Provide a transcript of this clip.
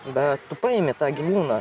bet tu paimi tą gyvūną